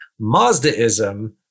Mazdaism